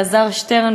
אלעזר שטרן,